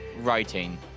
writing